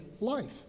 life